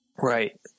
Right